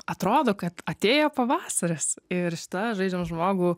atrodo kad atėjo pavasaris ir šita žaidžiam žmogų